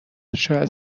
شاید